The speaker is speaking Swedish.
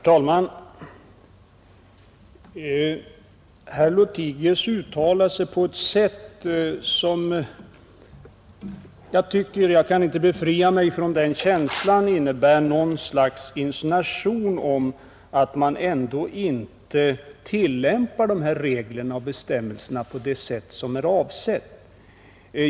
Herr talman! Herr Lothigius uttalade sig på ett sådant sätt att jag inte kan befria mig från känslan av något slags insinuation, att man ändå inte tillämpar dessa regler och bestämmelser på det sätt som är avsett.